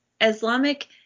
Islamic